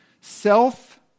Self